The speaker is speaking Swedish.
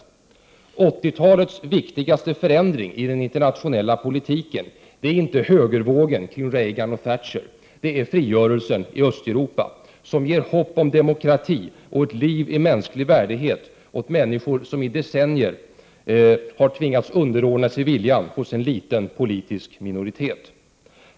1980-talets viktigaste förändring i den internationella politiken är inte högervågen kring Reagan och Thatcher utan frigörelsen i Östeuropa, som ger hopp om demokrati och ett liv i mänsklig värdighet åt människor som i decennier har tvingats underordna sig viljan hos en liten politisk minoritet.